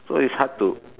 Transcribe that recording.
so it's hard to